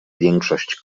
większość